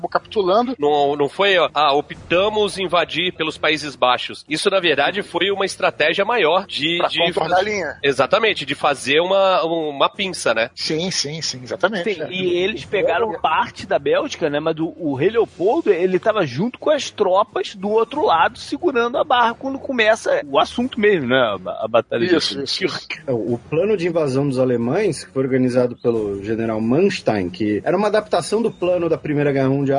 capitulando. Não, não foi, ó, "Ah, optamos invadir pelos Países Baixos". Isso, na verdade, foi uma estratégia maior de- Pra de contornar faz- a linha. Exatamente, de fazer uma- uma pinça, né? Sim, sim, sim, exatamente, Sim, né? e do- eles do- pegaram É. parte da Bélgica, né, mas do- o rei Leopoldo, ele tava junto com as tropas do outro lado, segurando a barra quando começa o assunto mesmo, né, a ba- a batalha de- Isso, isso, isso. É, o plano de invasão dos alemães, que foi organizado pelo general Manstein, que era uma adaptação do plano da Primeira Guerra Mundial,